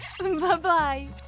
Bye-bye